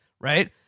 Right